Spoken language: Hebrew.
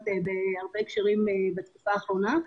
כמו גם בהרבה הקשרים אחרי בתקופה האחרונה,